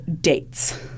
dates